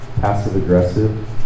passive-aggressive